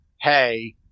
hey